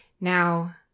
Now